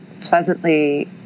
pleasantly